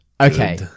Okay